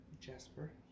Jasper